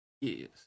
Yes